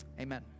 amen